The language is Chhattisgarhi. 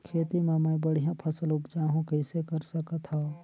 खेती म मै बढ़िया फसल उपजाऊ कइसे कर सकत थव?